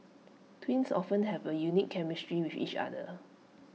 twins often have A unique chemistry with each other